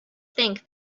think